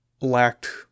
lacked